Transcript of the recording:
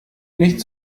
nicht